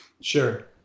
Sure